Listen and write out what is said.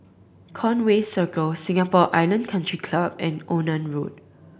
Conway Circle Singapore Island Country Club and Onan Road